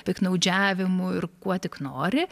piktnaudžiavimu ir kuo tik nori